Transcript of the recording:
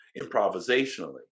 improvisationally